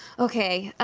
okay,